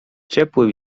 ciepły